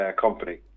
company